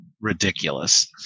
ridiculous